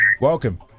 Welcome